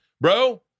bro